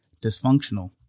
dysfunctional